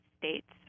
states